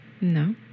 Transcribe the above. No